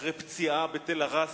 אחרי פציעה בתל א-ראס,